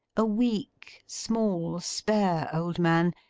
a weak, small, spare old man,